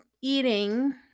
eating